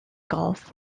gulf